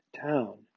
town